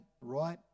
right